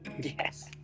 Yes